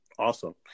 Awesome